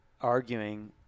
arguing